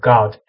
God